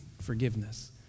forgiveness